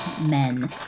men